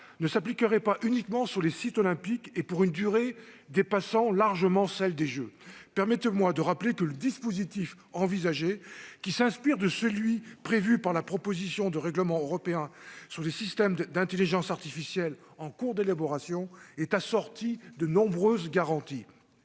cela s'appliquerait au-delà des seuls sites olympiques et pour une durée dépassant largement celle des Jeux. Permettez-moi de rappeler que le dispositif envisagé, qui s'inspire de celui qui est prévu dans la proposition de règlement européen sur les systèmes d'intelligence artificielle en cours d'élaboration, est assorti de nombreuses garanties.